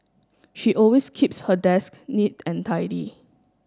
she always keeps her desk neat and tidy